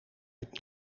het